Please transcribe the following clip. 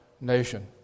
nation